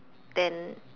then